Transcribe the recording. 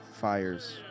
Fires